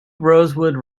rosewood